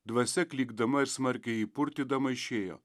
dvasia klykdama ir smarkiai jį purtydama išėjo